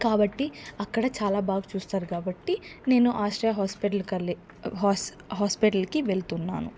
కాబట్టి అక్కడ చాలా బాగా చూస్తారు కాబట్టి నేను ఆశ్రయ హాస్పిటల్ కు వెళ్ళి హాస్ప హాస్పిటల్ కి వెళ్తున్నాను